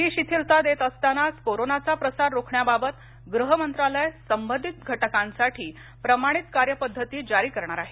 ही शिथिलता देत असतानाच कोरोनाचा प्रसार रोखण्याबाबत गृह मंत्रालय संबंधित घटकांसाठी प्रमाणित कार्यपद्धती जारी करणार आहे